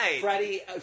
Freddie